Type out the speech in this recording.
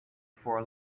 for